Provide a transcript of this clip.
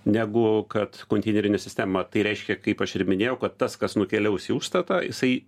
negu kad konteinerinė sistema tai reiškia kaip aš ir minėjau kad tas kas nukeliaus į užstatą jisai